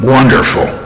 Wonderful